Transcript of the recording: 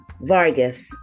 Vargas